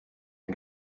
yng